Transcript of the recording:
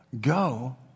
go